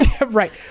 right